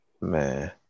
Man